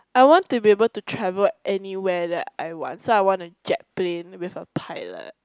I want to be able to travel anywhere that I want so I want a jet plane with a pilot